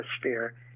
atmosphere